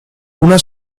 una